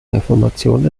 reformation